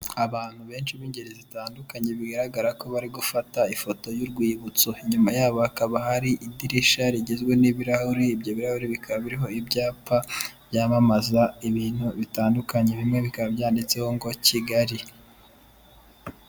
Abantu benshi b'ingeri zitandukanye bigaragara ko bari gufata ifoto y'urwibutso, inyuma yabo hakaba hari idirisha rigizwe n'ibirahuri, ibyo birahuri bikaba biriho ibyapa byamamaza ibintu bitandukanye, bimwe bikaba byanditseho ngo Kigali.